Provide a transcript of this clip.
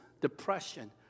depression